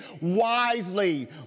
wisely